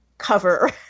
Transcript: cover